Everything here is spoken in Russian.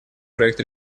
проект